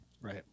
right